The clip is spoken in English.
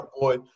boy